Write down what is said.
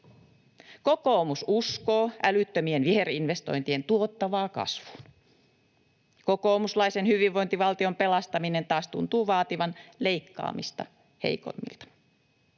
Kokoomus uskoo älyttömien viherinvestointien tuottamaan kasvuun. Kokoomuslaisen hyvinvointivaltion pelastaminen taas tuntuu vaativan leikkaamista heikoimmilta.